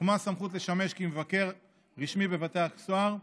כמו הסמכות לשמש כמבקר רשמי בבתי הסוהר,